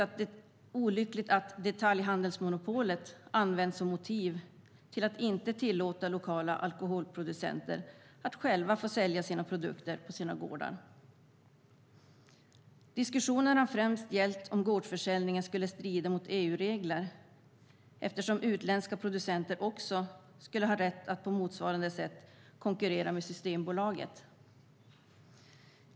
Det är därför olyckligt att detaljhandelsmonopolet används som motiv till att inte tillåta lokala alkoholproducenter att själva sälja sina produkter på sina gårdar. Diskussionen har främst gällt huruvida gårdsförsäljningen skulle strida mot EU-regler eftersom utländska producenter också skulle ha rätt att på motsvarande sätt konkurrera med Systembolaget.